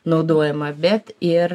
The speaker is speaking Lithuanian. naudojimą bet ir